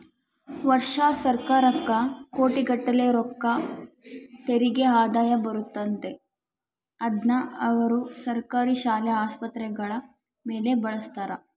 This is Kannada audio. ವರ್ಷಾ ಸರ್ಕಾರಕ್ಕ ಕೋಟಿಗಟ್ಟಲೆ ರೊಕ್ಕ ತೆರಿಗೆ ಆದಾಯ ಬರುತ್ತತೆ, ಅದ್ನ ಅವರು ಸರ್ಕಾರಿ ಶಾಲೆ, ಆಸ್ಪತ್ರೆಗಳ ಮೇಲೆ ಬಳಸ್ತಾರ